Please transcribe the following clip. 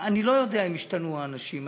אני לא יודע אם השתנו האנשים.